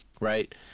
right